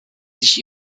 sich